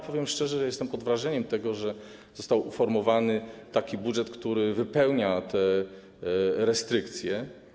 Powiem szczerze, że jestem pod wrażeniem tego, że został uformowany taki budżet, który wypełnia te restrykcje.